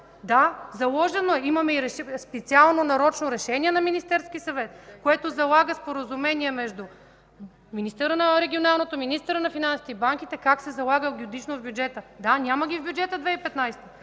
Да, заложено е, имаме и специално, нарочно решение на Министерския съвет, което залага споразумение между министъра на регионалното развитие и благоустройството, министъра на финансите и банките, как се залага годишно в бюджета. Да, няма ги в Бюджет 2015